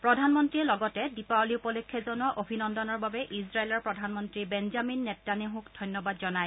প্ৰধানমন্ত্ৰীয়ে লগতে দীপাৱলী উপলক্ষে জনোৱা অভিনন্দনৰ বাবে ইজৰাইলৰ প্ৰধানমন্ত্ৰী বেনজামিন নেতান্যাহুক ধন্যবাদ জনায়